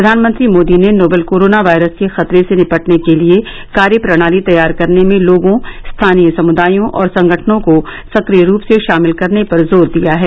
प्रधानमंत्री मोदी ने novel coronavirus के खतरे से निपटने के लिए कार्य प्रणाली तैयार करने में लोगों स्थानीय समुदायों और संगठनों को सक्रिय रूप से शामिल करने पर जोर दिया है